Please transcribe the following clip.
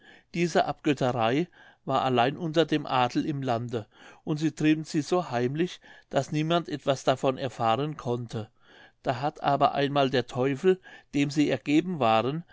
diese abgötterei war allein unter dem adel im lande und sie trieben sie so heimlich daß niemand etwas davon erfahren konnte da hat aber einmal der teufel dem sie ergeben waren